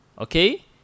Okay